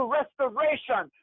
restoration